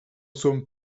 sommes